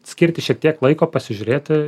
skirti šiek tiek laiko pasižiūrėti